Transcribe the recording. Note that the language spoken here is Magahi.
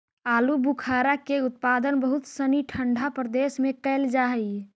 आलूबुखारा के उत्पादन बहुत सनी ठंडा प्रदेश में कैल जा हइ